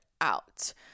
out